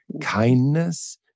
kindness